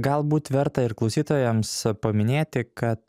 galbūt verta ir klausytojams paminėti kad